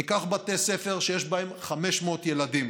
ניקח בתי ספר שיש בהם 500 ילדים